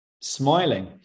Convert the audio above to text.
smiling